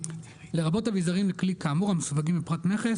לרבות אביזרים לכלי כאמור המסווגים בפרט מכס